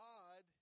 God